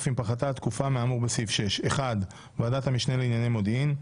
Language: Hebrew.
אף אם פחתה התקופה מהאמור בסעיף 6: (1)ועדת המשנה לענייני מודיעין,